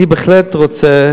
אני בהחלט רוצה